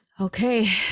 Okay